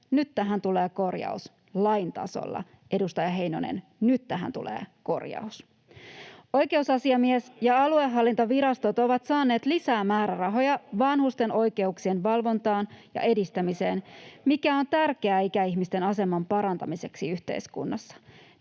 teidän vahtivuorollanne, edustaja Salonen! Katsokaa tätä päivää!] Oikeusasiamies ja aluehallintovirastot ovat saaneet lisää määrärahoja vanhusten oikeuksien valvontaan ja edistämiseen, mikä on tärkeää ikäihmisten aseman parantamiseksi yhteiskunnassa.